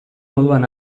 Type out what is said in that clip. moduan